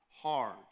hard